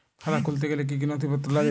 খাতা খুলতে গেলে কি কি নথিপত্র লাগে?